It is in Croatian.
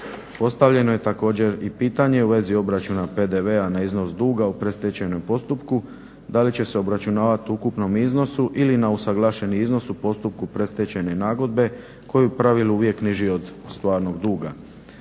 Postavljeno je također pitanje u vezi obračuna PDV-a na iznos duga u predstečajnom postupku da li će se obračunavati u ukupnom iznosu ili na usuglašen iznos u postupku predstečajne nagodbe koji je u pravilu uvijek niži od stvarnog duga.